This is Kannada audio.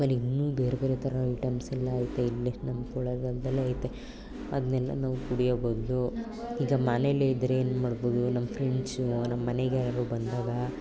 ಆಮೇಲೆ ಇನ್ನೂ ಬೇರೆ ಬೇರೆ ಥರ ಐಟೆಮ್ಸ್ ಎಲ್ಲ ಐತೆ ಇಲ್ಲೆ ನಮ್ಮ ಕೊಳ್ಳೆಗಾಲದಲ್ಲೆ ಐತೆ ಅದನ್ನೆಲ್ಲ ನಾವು ಕುಡಿಯೋ ಬದಲು ಈಗ ಮನೇಲೆ ಇದ್ದರೆ ಏನು ಮಾಡ್ಬೌದು ನಮ್ಮ ಫ್ರೆಂಡ್ಸು ನಮ್ಮ ಮನೆಗೆ ಯಾರಾದ್ರು ಬಂದಾಗ